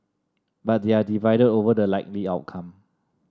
but they are divided over the likely outcome